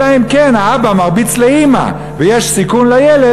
אלא אם כן האבא מרביץ לאימא ויש סיכון לילד,